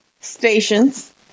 stations